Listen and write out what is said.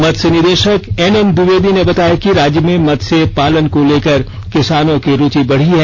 मत्स्य निदे ाक एनएन द्विवेदी ने बताया कि राज्य में मत्स्य पालन को लेकर किसानों की रुचि बढ़ी है